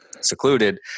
secluded